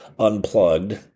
Unplugged